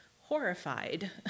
horrified